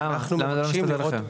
למה, למה זה לא מסתדר לכם?